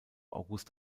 august